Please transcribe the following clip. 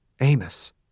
Amos